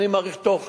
אני מעריך בתוך